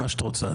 מה שאת רוצה.